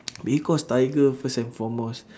because tiger first and foremost